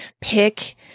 pick